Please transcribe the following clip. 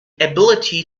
ability